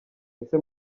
ese